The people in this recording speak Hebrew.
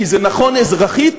כי זה נכון אזרחית,